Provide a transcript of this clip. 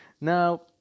Now